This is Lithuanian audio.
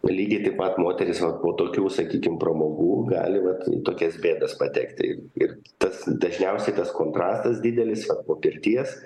lygiai taip pat moterys vat po tokių sakykim pramogų gali vat tokias bėdas patekti ir tas dažniausiai tas kontrastas didelis yra po pirties